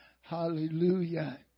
Hallelujah